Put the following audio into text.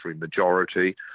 majority